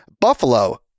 Buffalo